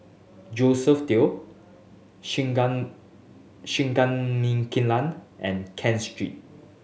Josephine Teo Singai Singai Mukilan and Ken Street